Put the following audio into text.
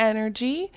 Energy